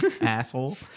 asshole